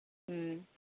ꯎꯝ